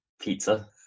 pizza